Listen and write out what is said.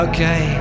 Okay